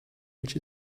which